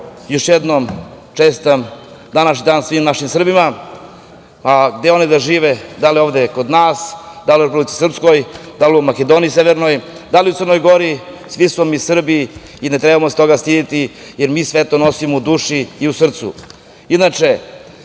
još jednom čestitam današnji dan svim našim Srbima, gde god da žive, da li ovde kod nas, da li u Republici Srpskoj, da li u Severnoj Makedoniji, da li u Crnoj Gori. Svi smo mi Srbi i ne trebamo se toga stideti, jer mi sve to nosimo u duši i u srcu. Inače,